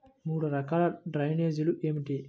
మూడు రకాల డ్రైనేజీలు ఏమిటి?